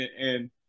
And-